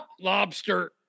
lobster